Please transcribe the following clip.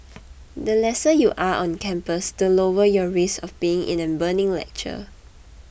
the lesser you are on campus the lower your risk of being in a burning lecture